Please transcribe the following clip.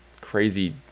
crazy